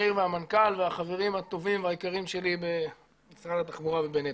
ראש-העיר והמנכ"ל והחברים הטובים והיקרים שלי במשרד התחבורה ובנת"ע,